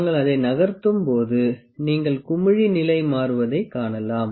நாங்கள் அதை நகர்த்தும்போது நீங்கள் குமிழி நிலை மாறுவதை காணலாம்